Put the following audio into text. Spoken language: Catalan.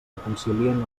reconcilien